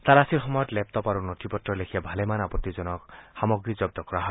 তালাচীৰ সময়ত লেপটপ আৰু নথি পত্ৰৰ লেখীয়া ভালেমান আপতিজনক সামগ্ৰী জন্দ কৰা হয়